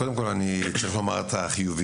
קודם כול, אני צריך לומר גם את החיובי.